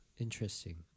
interesting